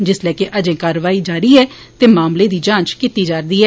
जिसलै के अर्जे कार्रवाई जारी ऐ ते मामले दी जांच कीती जा'रदी ऐ